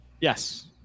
Yes